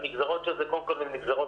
הנגזרות של זה קודם כול הן נגזרות